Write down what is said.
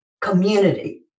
community